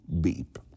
beep